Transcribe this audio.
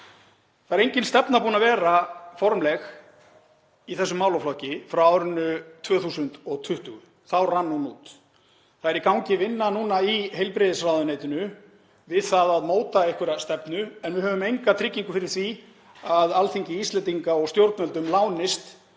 Það er engin formleg stefna búin að vera í þessum málaflokki frá árinu 2020. Þá rann hún út. Núna er í gangi vinna í heilbrigðisráðuneytinu við að móta einhverja stefnu en við höfum enga tryggingu fyrir því að Alþingi Íslendinga og stjórnvöldum lánist